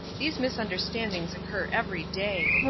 these misunderstandings occur every day.